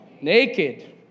Naked